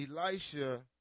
Elisha